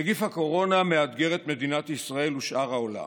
נגיף הקורונה מאתגר את מדינת ישראל ואת שאר העולם,